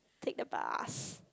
take the bus